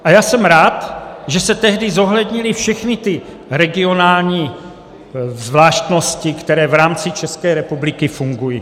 A já jsem rád, že se tehdy zohlednily všechny ty regionální zvláštnosti, které v rámci České republiky fungují.